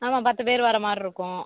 ஆமாம் பத்து பேர் வர்ற மாதிரி இருக்கும்